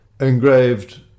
Engraved